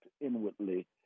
inwardly